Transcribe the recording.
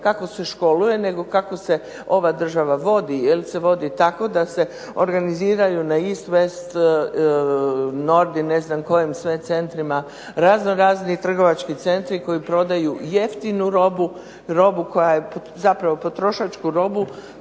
kako se školuje nego kako se ova država vodi. Jel se vodi tako da se organiziraju na …/Govornica se ne razumije./… ne znam kojim sve centrima, raznorazni trgovački centri koji prodaju jeftinu robu, zapravo potrošačku robu